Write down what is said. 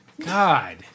God